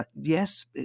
Yes